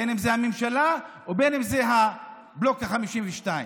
בין שזה הממשלה ובין שזה בלוק ה-52,